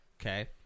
Okay